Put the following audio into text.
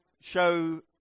show